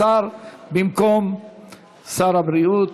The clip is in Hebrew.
במקום שר הבריאות.